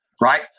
right